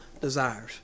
desires